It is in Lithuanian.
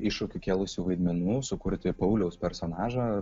iššūkių kėlusių vaidmenų sukurti pauliaus personažą